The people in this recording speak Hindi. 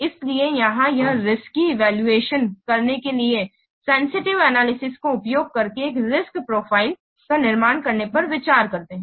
इसलिए यहां यह रिस्की इवैल्यूएशन करने के लिए सेंसिटिव एनालिसिस का उपयोग करके एक रिस्क प्रोफाइल का निर्माण करने पर विचार करता है